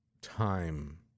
time